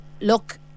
look